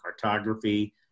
cartography